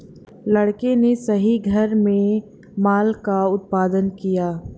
लड़के ने सही घर में माल का उत्पादन किया